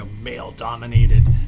male-dominated